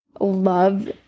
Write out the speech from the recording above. love